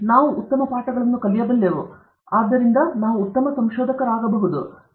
ನಾವು ಉತ್ತಮ ಪಾಠಗಳನ್ನು ಕಲಿಯಬಲ್ಲೆವು ಆದ್ದರಿಂದ ನಾವು ಉತ್ತಮ ಸಂಶೋಧಕರಾಗಬಹುದು